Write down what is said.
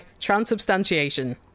transubstantiation